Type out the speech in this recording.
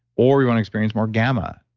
or we want to experience more gamma,